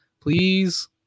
please